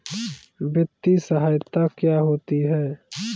वित्तीय सहायता क्या होती है?